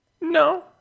No